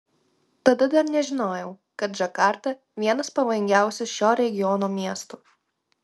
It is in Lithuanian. tada dar nežinojau kad džakarta vienas pavojingiausių šio regiono miestų